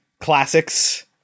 classics